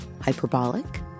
hyperbolic